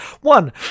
One